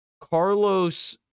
Carlos